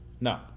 No